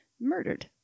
murdered